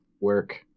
work